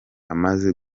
amaze